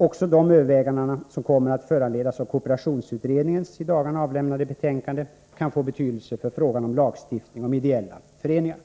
Också de överväganden som kommer att föranledas av kooperationsutredningens i dagarna avlämnade betänkande kan få betydelse för frågan om lagstiftning om ideella föreningar.